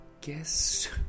guess